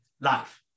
life